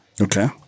Okay